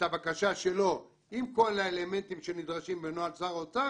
הבקשה שלו עם כל האלמנטים שנדרשים בנוהל שר אוצר,